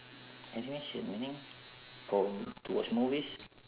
animation meaning from to watch movies